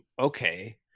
Okay